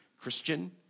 Christian